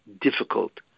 difficult